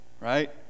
Right